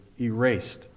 erased